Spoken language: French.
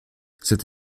cette